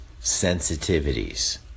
sensitivities